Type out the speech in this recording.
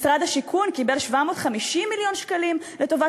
משרד השיכון קיבל 750 מיליון שקלים לטובת